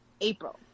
April